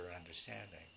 understanding